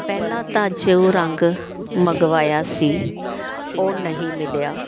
ਪਹਿਲਾਂ ਤਾਂ ਜੋ ਰੰਗ ਮੰਗਵਾਇਆ ਸੀ ਉਹ ਨਹੀਂ ਮਿਲਿਆ